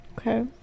Okay